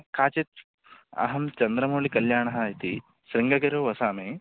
कश्चित् अहं चन्द्रमौलिः कल्याणः इति शृङ्गगिरौ वसामि